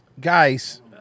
Guys